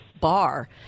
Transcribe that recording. bar